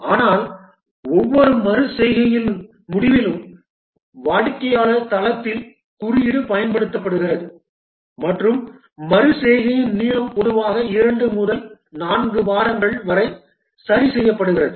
ஆனால் ஒவ்வொரு மறு செய்கையின் முடிவிலும் வாடிக்கையாளர் தளத்தில் குறியீடு பயன்படுத்தப்படுகிறது மற்றும் மறு செய்கையின் நீளம் பொதுவாக 2 முதல் 4 வாரங்கள் வரை சரி செய்யப்படுகிறது